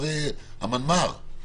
המנמ"ר?